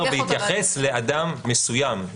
בהתייחס לאדם מסוים,